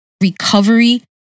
recovery